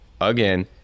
again